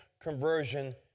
conversion